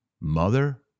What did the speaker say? mother